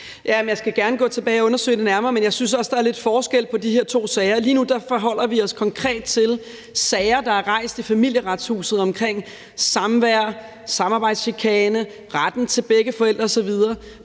Jeg skal gerne gå tilbage og undersøge det nærmere. Men jeg synes også, der er lidt forskel på de her to sager. Lige nu forholder vi os konkret til sager, der er rejst i Familieretshuset omkring samvær, samarbejdschikane, retten til begge forældre osv.